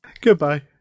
goodbye